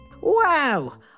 Wow